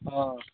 ହଁ